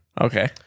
Okay